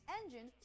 engine